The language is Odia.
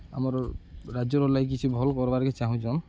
ଆମର୍ ରାଜ୍ୟର ଲାଗି କିଛି ଭଲ୍ କର୍ବାର୍କେ ଚାହୁଁଚନ୍